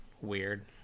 weird